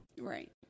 Right